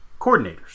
coordinators